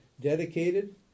dedicated